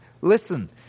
Listen